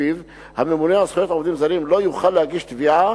שלפיו הממונה על זכויות עובדים זרים לא יוכל להגיש תביעה